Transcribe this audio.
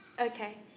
Okay